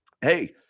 Hey